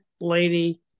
lady